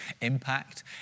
impact